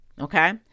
okay